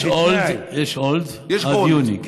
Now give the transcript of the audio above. יש hold עד יוני.